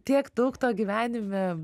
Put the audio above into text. tiek daug tau gyvenime